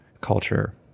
culture